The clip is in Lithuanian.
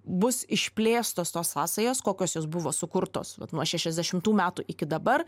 bus išplėstos tos sąsajos kokios jos buvo sukurtos vat nuo šešiasdešimtų metų iki dabar